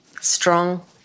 strong